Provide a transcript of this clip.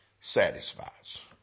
satisfies